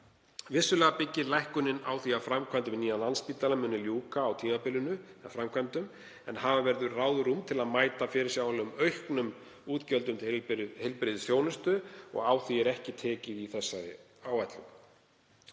Vissulega byggist lækkunin á því að framkvæmdum við nýjan Landspítala muni ljúka á tímabilinu en hafa verður ráðrúm til að mæta fyrirsjáanlegum auknum útgjöldum til heilbrigðisþjónustu og á því er ekki tekið í þessari áætlun.